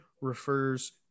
refers